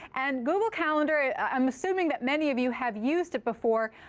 and google calendar, i'm assuming that many of you have used it before.